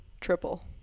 triple